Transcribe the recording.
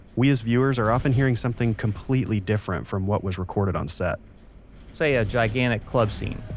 we as reviewers are often hearing something completely different from what was recorded on set say a gigantic club scene,